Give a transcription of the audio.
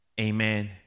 amen